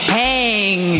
hang